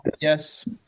Yes